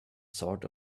sort